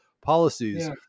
policies